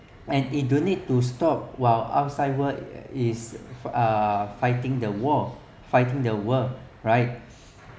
and it don't need to stop while outside world is uh fighting the war fighting the world right